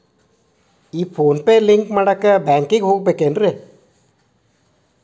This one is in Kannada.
ಈ ಫೋನ್ ಪೇ ಲಿಂಕ್ ಮಾಡಾಕ ಬ್ಯಾಂಕಿಗೆ ಹೋಗ್ಬೇಕೇನ್ರಿ?